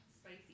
spicy